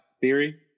theory